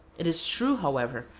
it is true, however,